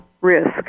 risk